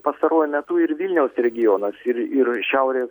pastaruoju metu ir vilniaus regionas ir ir šiaurės